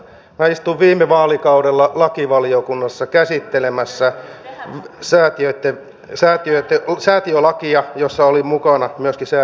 minä istuin viime vaalikaudella lakivaliokunnassa käsittelemässät säätiöt ja säätiöt ja käsittelemässä säätiölakia jossa oli mukana myöskin säätiöitten verotus